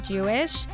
Jewish